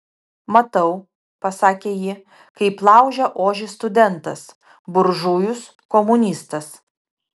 matau pasakė ji kaip laužia ožį studentas buržujus komunistas